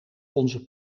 onze